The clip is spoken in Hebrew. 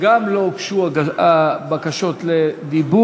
גם לא הוגשו בקשות לדיבור.